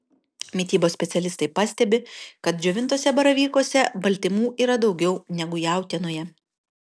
mitybos specialistai pastebi kad džiovintuose baravykuose baltymų yra daugiau negu jautienoje